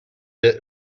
bit